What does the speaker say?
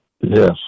Yes